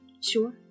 Sure